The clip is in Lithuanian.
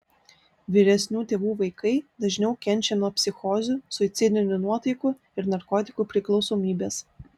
vyresnių tėvų vaikai dažniau kenčia nuo psichozių suicidinių nuotaikų ir narkotikų priklausomybės